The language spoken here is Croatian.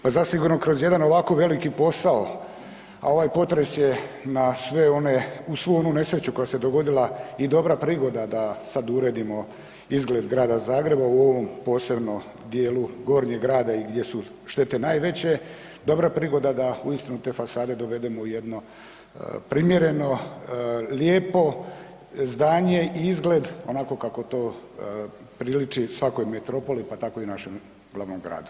Pa zasigurno kroz jedan ovako veliki posao, a ovaj potres je uz svu onu nesreću koja se dogodila i dobra prigoda da sad uredimo izgled Grada Zagreba u ovom posebnom dijelu Gornjeg grada i gdje su štete najveće, dobra prigoda da uistinu te fasade dovedemo u jedno primjereno, lijepo zdanje i izgled onako kako to priliči svakog metropoli pa tako i našem glavnom gradu.